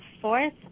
fourth